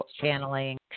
channeling